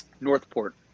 Northport